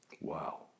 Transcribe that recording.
Wow